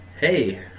Hey